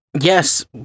yes